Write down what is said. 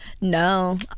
no